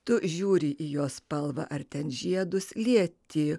tu žiūri į jos spalvą ar ten žiedus lieti